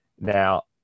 Now